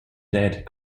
dead